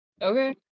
Okay